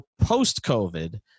post-COVID